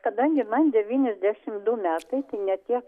kadangi man devyniasdešimt du metai tai ne tiek